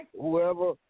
Whoever